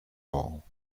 all